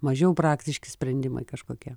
mažiau praktiški sprendimai kažkokie